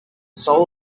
soul